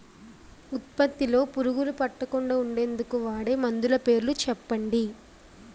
ఉత్పత్తి లొ పురుగులు పట్టకుండా ఉండేందుకు వాడే మందులు పేర్లు చెప్పండీ?